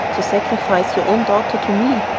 to sacrifice your own daughter to me?